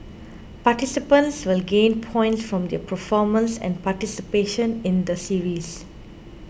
participants will gain points from their performance and participation in the series